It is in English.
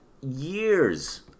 years